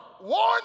warning